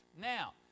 Now